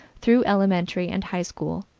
through elementary and high school,